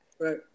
Right